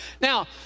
Now